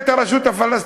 שנמצא, הרשות הפלסטינית.